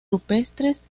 rupestres